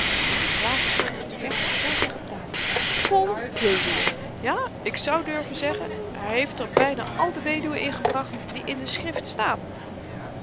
klaas legde t vers voor zich op tafel vol weduwen ja ik zou durven zeggen hy heeft er byna al de weduwen in gebracht die in de schrift staan